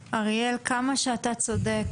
א', כמה שאתה צודק